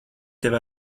tevi